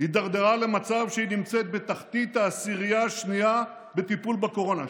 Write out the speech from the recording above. הידרדרה למצב שהיא נמצאת בתחתית העשירייה השנייה בטיפול בקורונה.